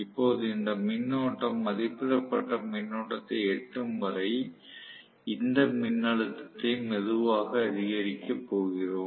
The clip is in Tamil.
இப்போது இந்த மின்னோட்டம் மதிப்பிடப்பட்ட மின்னோட்டத்தை எட்டும் வரை இந்த மின்னழுத்தத்தை மெதுவாக அதிகரிக்கப் போகிறோம்